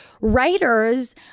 writers